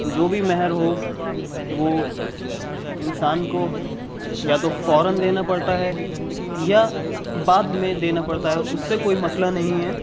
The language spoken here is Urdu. جو بھی مہر ہو وہ یا تو انسان کو یا تو فوراً دینا پڑتا ہے یا بعد میں دینا پڑتا ہے اس سے کوئی مسئلہ نہیں ہے